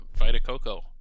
Vitacoco